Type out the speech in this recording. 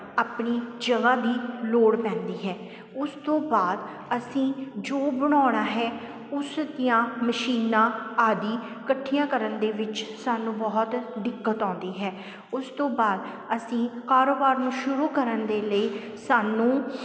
ਆਪਣੀ ਜਗ੍ਹਾ ਦੀ ਲੋੜ ਪੈਂਦੀ ਹੈ ਉਸ ਤੋਂ ਬਾਅਦ ਅਸੀਂ ਜੋ ਬਣਾਉਣਾ ਹੈ ਉਸ ਦੀਆਂ ਮਸ਼ੀਨਾਂ ਆਦਿ ਇਕੱਠੀਆਂ ਕਰਨ ਦੇ ਵਿੱਚ ਸਾਨੂੰ ਬਹੁਤ ਦਿੱਕਤ ਆਉਂਦੀ ਹੈ ਉਸ ਤੋਂ ਬਾਅਦ ਅਸੀਂ ਕਾਰੋਬਾਰ ਨੂੰ ਸ਼ੁਰੂ ਕਰਨ ਦੇ ਲਈ ਸਾਨੂੰ